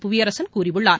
புவியரசன் கூறியுள்ளார்